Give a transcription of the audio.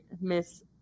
Miss